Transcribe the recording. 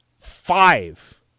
five